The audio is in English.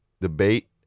debate